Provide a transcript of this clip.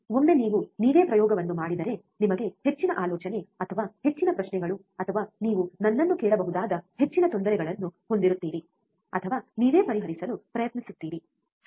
ಒಮ್ಮೆ ನೀವು ನೀವೇ ಪ್ರಯೋಗವನ್ನು ಮಾಡಿದರೆ ನಿಮಗೆ ಹೆಚ್ಚಿನ ಆಲೋಚನೆ ಅಥವಾ ಹೆಚ್ಚಿನ ಪ್ರಶ್ನೆಗಳು ಅಥವಾ ನೀವು ನನ್ನನ್ನು ಕೇಳಬಹುದಾದ ಹೆಚ್ಚಿನ ತೊಂದರೆಗಳನ್ನು ಹೊಂದಿರುತ್ತೀರಿ ಅಥವಾ ನೀವೇ ಪರಿಹರಿಸಲು ಪ್ರಯತ್ನಿಸುತ್ತೀರಿ ಸರಿ